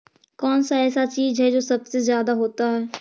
कौन सा ऐसा चीज है जो सबसे ज्यादा होता है?